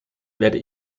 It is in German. werde